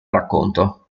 racconto